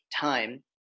time